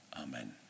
Amen